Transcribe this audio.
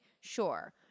sure